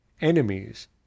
enemies